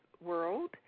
world